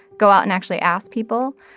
go out and actually ask people.